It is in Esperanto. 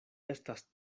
estas